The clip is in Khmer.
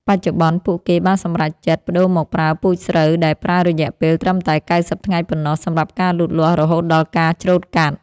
បច្ចុប្បន្ន ពួកគេបានសម្រេចចិត្តប្តូរមកប្រើពូជស្រូវដែលប្រើរយៈពេលត្រឹមតែ ៩០ ថ្ងៃប៉ុណ្ណោះសម្រាប់ការលូតលាស់រហូតដល់ការច្រូតកាត់។